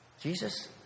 Jesus